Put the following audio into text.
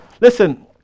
Listen